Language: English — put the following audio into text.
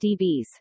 dBs